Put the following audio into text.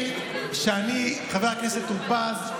חבר הכנסת טור פז,